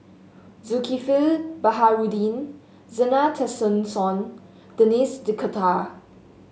Zulkifli Baharudin Zena Tessensohn Denis D'Cotta